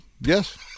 yes